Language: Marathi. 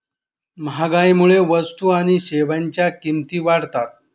महागाईमुळे वस्तू आणि सेवांच्या किमती वाढतात